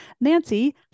Nancy